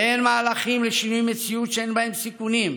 ואין מהלכים לשינוי מציאות שאין בהם סיכונים,